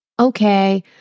okay